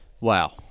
Wow